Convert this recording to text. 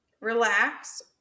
Relax